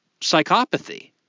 psychopathy